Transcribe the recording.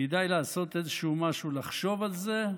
כדאי לעשות משהו, לחשוב על זה,